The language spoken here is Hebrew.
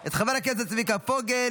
את חבר הכנסת צביקה פוגל,